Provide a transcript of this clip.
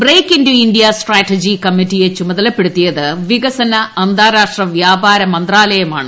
break into India strategy കമ്മിറ്റിയെ ചുമതലപ്പെടുത്തിയത് വികസന അന്താരാഷ്ട്ര വ്യാപാര മന്ത്രാലയമാണ്